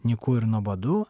nyku ir nuobodu